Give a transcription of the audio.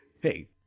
hey